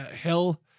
Hell